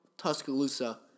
Tuscaloosa